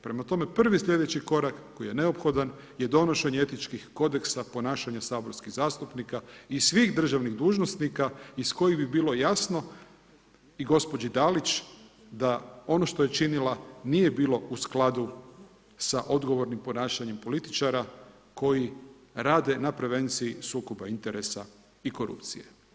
Prema tome, prvi slijedeći korak koji je neophodan je donošenje etičkih kodeksa ponašanja saborskih zastupnika i svih državnih dužnosnika iz kojeg bi bilo jasno i gospođi Dalić da ono što je činila nije bilo u skladu sa odgovornim ponašanjem političara koji rade na prevenciji sukoba interesa i korupcije.